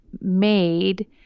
made